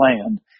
land